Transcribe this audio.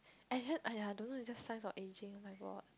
actual~ aiya don't know it's just signs of ageing oh-my-god